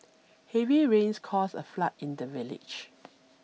heavy rains caused a flood in the village